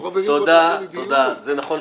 אנחנו חברים,